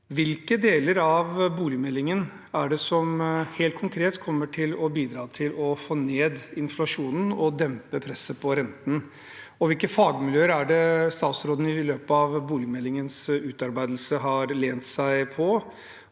Hvilke deler av boligmeldingen er det som helt konkret kommer til å bidra til å få ned inflasjonen og dempe presset på renten? Hvilke fagmiljøer er det statsråden i løpet av boligmeldingens utarbeidelse har lent seg på?